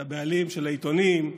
את הבעלים של העיתונים,